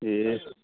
ए